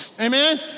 Amen